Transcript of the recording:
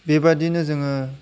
बेबादिनो जोङो